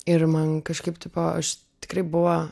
ir man kažkaip tipo aš tikrai buvo